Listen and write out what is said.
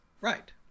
Right